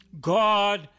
God